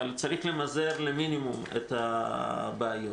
אבל צריך למזער למינימום את הבעיות.